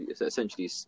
essentially